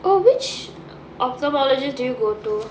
oh which ophthalmologist do you go to